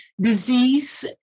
disease